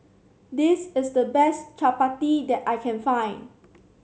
this is the best chappati that I can find